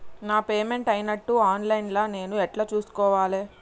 నా పేమెంట్ అయినట్టు online లా నేను ఎట్ల చూస్కోవాలే?